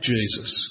Jesus